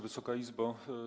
Wysoka Izbo!